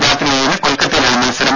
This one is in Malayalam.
രാത്രി ഏഴിന് കൊൽക്കത്തയിലാണ് മത്സരം